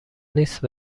نیست